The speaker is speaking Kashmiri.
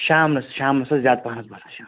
شامنَس شامنَس حظ زیادٕ پَہَن حظ باسان شام